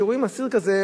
כשרואים אסיר כזה,